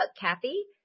Kathy